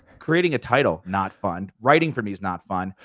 creating a title, not fun. writing for me is not fun.